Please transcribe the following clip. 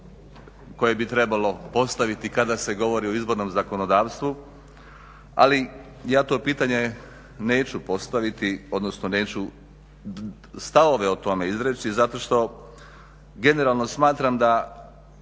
koje bi trebalo postaviti kada se govori o izbornom zakonodavstvu, ali ja to pitanje neću postaviti, odnosno neću stavove o tome izreći zato što generalno smatram da